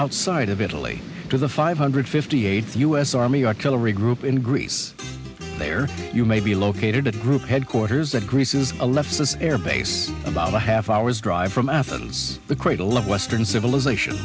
outside of italy to the five hundred fifty eight u s army artillery group in greece there you may be located at group headquarters that greases a left us air base about a half hour's drive from athens the cradle of western civilization